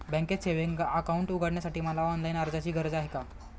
बँकेत savings account उघडण्यासाठी मला ऑनलाईन अर्जाची गरज आहे का?